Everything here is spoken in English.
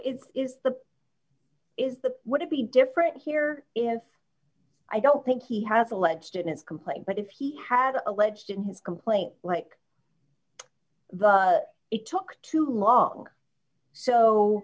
that would it be different here is i don't think he has a lead students complain but if he had alleged in his complaint right but it took too long so